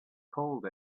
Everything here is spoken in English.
cold